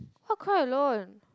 how cry alone